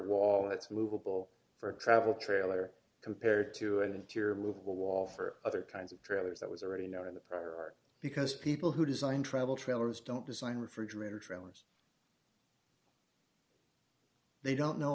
that's movable for a travel trailer compared to an interior movable wall for other kinds of trailers that was already known in the prior art because people who design travel trailers don't design refrigerator trailers they don't know